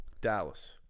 Dallas